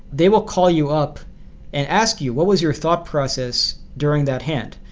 they will call you up and ask you, what was your thought process during that hand?